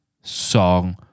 song